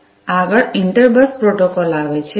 આગળ inter bus protocol આવે છે